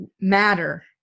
matter